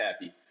happy